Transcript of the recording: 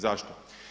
Zašto?